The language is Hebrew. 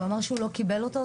הוא אמר שהוא לא קיבל אותו.